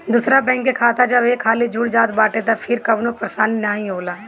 दूसरा बैंक के खाता जब एक हाली जुड़ जात बाटे तअ फिर कवनो परेशानी नाइ होला